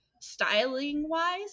styling-wise